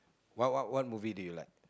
what what what movie do you like